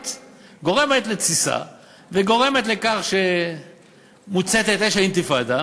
גורמת לתסיסה וגורמת לכך שמוצתת אש האינתיפאדה.